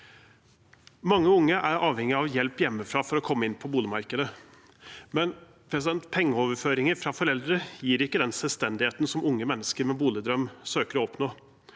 Mange unge er avhengig av hjelp hjemmefra for å komme inn på boligmarkedet, men pengeoverføringer fra foreldre gir ikke den selvstendigheten som unge mennesker med boligdrøm søker å oppnå.